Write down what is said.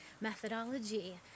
methodology